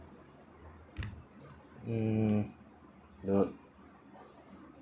mm not